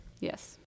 Yes